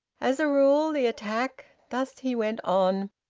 as a rule the attack thus he went on.